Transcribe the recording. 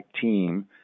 team